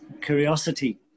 curiosity